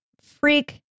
freak